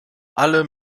alle